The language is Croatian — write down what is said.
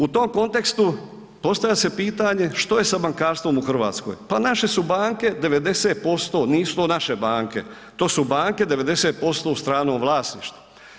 U tom kontekstu postavlja se pitanje što je sa bankarstvom u Hrvatskoj, pa naše su banke 90% nisu to naše banke, to su banke 90% u stranom vlasništvu.